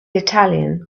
italian